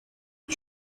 que